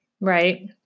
right